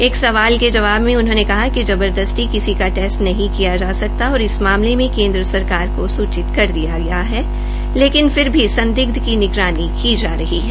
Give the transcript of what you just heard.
एक सवाल के जवाब में उन्होंने कहा कि जबरदस्ती किसी का टेस्ट नहीं किया जा सकता और इस मामले में केन्द्र सरकार को सुचित किया जा चुका है लेकिन फिर भी संदिग्ध की निगरानी की जा रही है